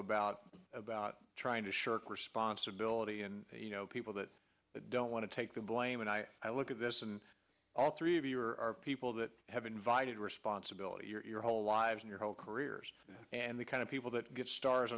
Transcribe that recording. about about trying to shirk responsibility and people that don't want to take the blame and i look at this and all three of you are people that have invited responsibility your whole lives in your whole careers and the kind of people that get stars